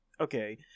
Okay